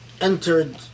entered